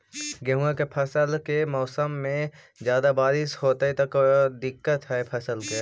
गेहुआ के फसल के मौसम में ज्यादा बारिश होतई त का दिक्कत हैं फसल के?